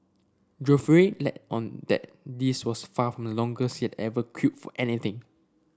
Geoffrey let on that this was far from the longest he had ever queued for anything